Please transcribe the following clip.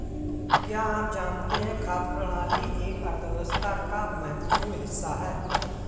क्या आप जानते है खाद्य प्रणाली एक अर्थव्यवस्था का महत्वपूर्ण हिस्सा है?